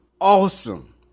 awesome